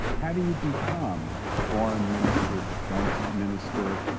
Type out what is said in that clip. how do you become foreign minister, defense minister,